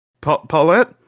Paulette